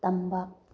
ꯇꯝꯕ